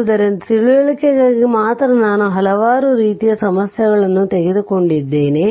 ಆದ್ದರಿಂದ ತಿಳುವಳಿಕೆಗಾಗಿ ಮಾತ್ರ ನಾನು ಹಲವಾರು ರೀತಿಯ ಸಮಸ್ಯೆಗಳನ್ನು ತೆಗೆದುಕೊಂಡಿದ್ದೇನೆ